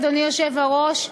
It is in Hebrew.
אדוני היושב-ראש,